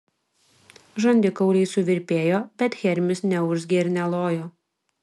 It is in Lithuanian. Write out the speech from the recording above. žandikauliai suvirpėjo bet hermis neurzgė ir nelojo